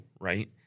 right